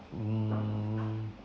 um